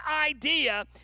idea